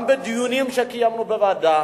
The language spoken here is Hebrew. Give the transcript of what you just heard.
גם בדיונים שקיימנו בוועדה,